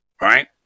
right